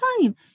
time